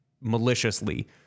maliciously